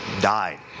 died